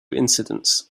incidents